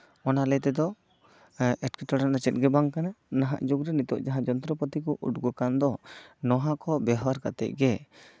ᱚᱱᱟ ᱞᱟᱹᱭ ᱛᱮᱫᱚ ᱮᱴᱠᱮᱴᱚᱲᱮ ᱫᱚ ᱪᱮᱫ ᱜᱮ ᱵᱟᱝ ᱠᱟᱱᱟ ᱱᱟᱦᱟᱜ ᱡᱩᱜᱽᱨᱮ ᱱᱤᱛᱚᱜ ᱡᱟᱦᱟᱸ ᱡᱚᱱᱛᱚᱨᱚᱯᱟᱛᱤ ᱠᱚ ᱩᱰᱩᱠ ᱟᱠᱟᱱ ᱫᱚ ᱱᱚᱣᱟ ᱠᱚ ᱵᱮᱣᱦᱟᱨ ᱠᱟᱛᱮᱜ ᱜᱮ